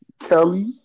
Kelly